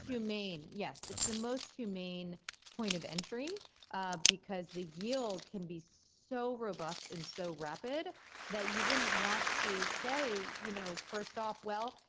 yes. it's the most humane point of entry ah because the yield can be so robust and so rapid that you wouldn't want to say you know first off, well,